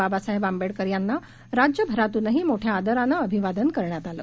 बाबासाहेब आंबेडकर यांना राज्यभरात्नही मोठ्या आदरानं अभिवादन करण्यात आलं